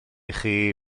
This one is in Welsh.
chi